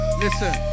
listen